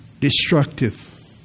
destructive